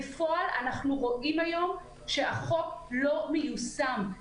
בפועל, אנחנו רואים שהחוק היום לא מיושם.